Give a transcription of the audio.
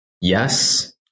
yes